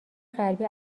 غربی